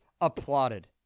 applauded